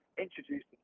introduced